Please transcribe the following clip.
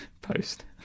post